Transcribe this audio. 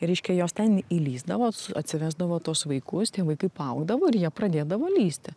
reiškia jos ten įlįsdavo atsivesdavo tuos vaikus tie vaikai paaugdavo ir jie pradėdavo lįsti